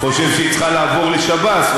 אני חושב שהיא צריכה לעבור לשב"ס,